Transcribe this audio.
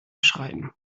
schreiben